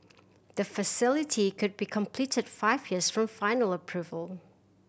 the facility could be completed five years from final approval